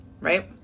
right